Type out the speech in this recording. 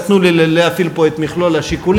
אז תנו לי להפעיל פה את מכלול השיקולים,